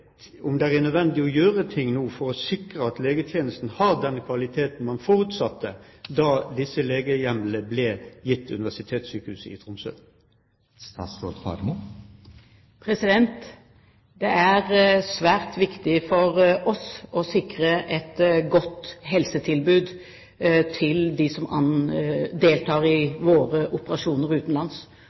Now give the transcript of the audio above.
nødvendig å gjøre noe nå for å sikre at legetjenesten har den kvaliteten man forutsatte da disse legehjemlene ble gitt Universitetssykehuset i Tromsø? Det er svært viktig for oss å sikre et godt helsetilbud til dem som deltar i våre operasjoner utenlands.